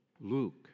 Luke